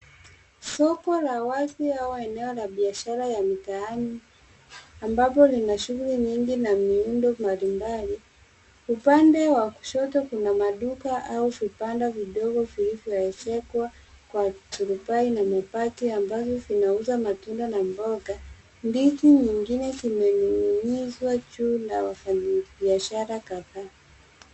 Soko la wazi au eneo la biashara ya mitaani, ambapo lina shughuli nyingi na miundo mbalimbali. Upande wa kushoto kuna maduka au vibanda vidogo vilivyoezekwa, kwa turubai na mabati ambavyo vinauza matunda na mboga. Ndizi nyingine zimening'inizwa juu la wafanyabiashara kadhaa.